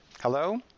Hello